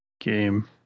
game